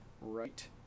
right